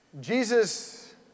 Jesus